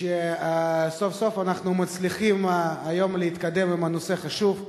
סוף-סוף אנחנו מצליחים היום להתקדם בנושא החשוב.